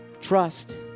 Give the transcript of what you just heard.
trust